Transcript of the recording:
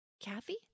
Kathy